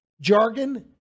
jargon